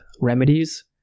remedies